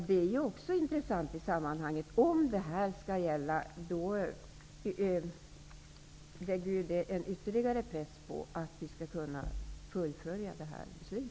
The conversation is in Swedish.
Det är också intressant, om det här skall gälla, att det sätter en ytterligare press på att vi skall fullfölja vårt beslut.